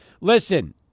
listen